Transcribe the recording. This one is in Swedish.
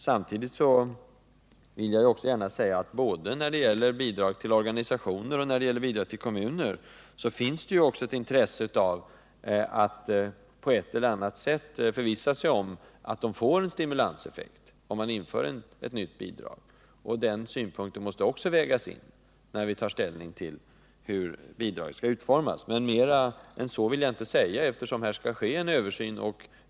Samtidigt vill jag gärna säga att det, både när det gäller bidrag till organisationer och till kommuner, finns ett intresse av att på ett eller annat sätt förvissa sig om att det får en stimulanseffekt om man inför ett nytt bidrag. Den synpunkten måste också vägas in när vi tar ställning till hur bidraget skall utformas. Mer än så vill jag inte säga, eftersom det skall göras en översyn.